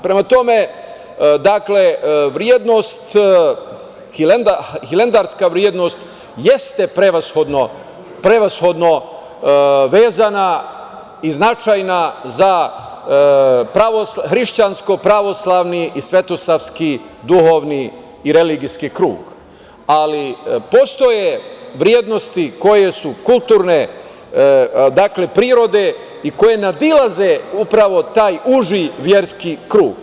Prema tome, vrednost, hilandarska vrednost jeste prevashodno vezana i značajna za hrišćansko pravoslavni i svetosavski duhovni i religijski krug, ali postoje vrednosti koje su kulturne prirode i koje nadilaze upravo taj uži verski krug.